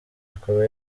akaba